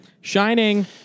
Shining